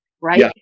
right